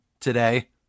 today